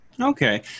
Okay